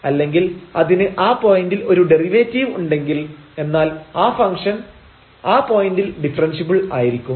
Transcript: അല്ലെങ്കിൽ അതിന് ആ പോയന്റിൽ ഒരു ഡെറിവേറ്റീവ് ഉണ്ടെങ്കിൽ എന്നാൽ ആ ഫംഗ്ഷൻ ആ പോയന്റിൽ ഡിഫെറെൻഷ്യബിൾ ആയിരിക്കും